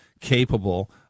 capable